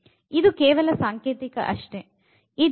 ಇದು ಕೇವಲ ಸಾಂಕೇತಿಕ ಅಷ್ಟೇ